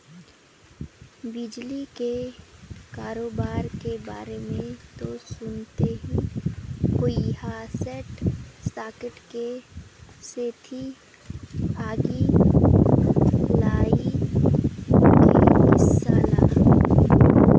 बिजली के करोबार के बारे मे तो सुनते होइहा सार्ट सर्किट के सेती आगी लगई के किस्सा ल